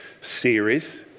series